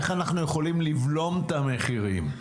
איך אנחנו יכולים לבלום את המחירים?